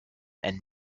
and